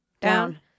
down